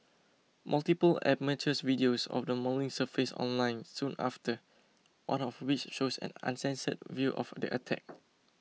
multiple amateurs videos of the mauling surfaced online soon after one of which shows an uncensored view of the attack